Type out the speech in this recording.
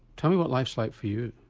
tell me what life's like for you?